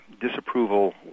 disapproval